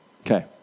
Okay